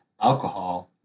alcohol